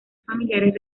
familiares